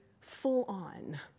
full-on